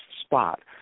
spot